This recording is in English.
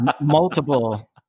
multiple